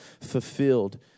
fulfilled